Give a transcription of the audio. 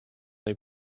they